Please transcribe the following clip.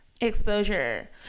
Exposure